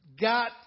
got